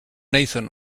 nathan